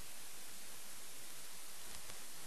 לפעמים פחות, כ-20%